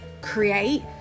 create